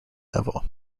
level